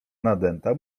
nadęta